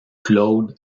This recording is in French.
claude